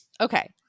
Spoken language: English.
Okay